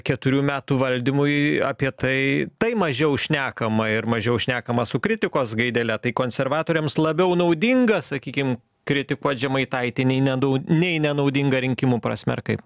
keturių metų valdymui apie tai tai mažiau šnekama ir mažiau šnekama su kritikos gaidele tai konservatoriams labiau naudinga sakykim kritikuot žemaitaitį nei nenau nei nenaudinga rinkimų prasme ar kaip